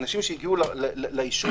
אנשים שהגיעו ליישוב,